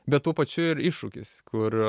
bet tuo pačiu ir iššūkis kur